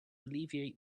alleviate